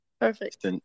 Perfect